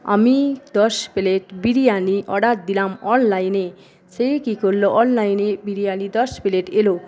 আমি দশ plate biryani order দিলাম অনলাইনে সে কি করলো অনলাইনে বিরিয়ানি দশ প্লেট এলো